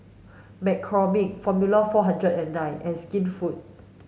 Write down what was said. McCormick Formula four hundred and nine and Skinfood